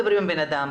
מדברים עם הבן אדם.